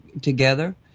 together